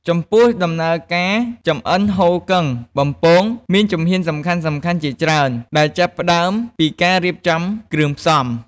ចំពោះ ដំណើរការចម្អិនហ៊ូគឹងបំពងមានជំហានសំខាន់ៗជាច្រើន ដែលចាប់ផ្ដើមពីការរៀបចំគ្រឿងផ្សំ។